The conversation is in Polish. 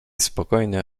spokojny